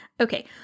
Okay